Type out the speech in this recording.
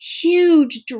huge